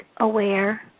aware